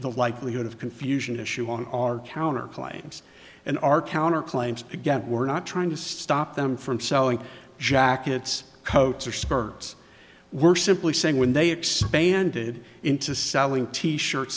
the likelihood of confusion issue on our counterpoints and our counter claims again we're not trying to stop them from selling jackets coats or skirts we're simply saying when they expanded into selling t shirts